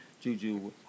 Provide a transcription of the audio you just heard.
Juju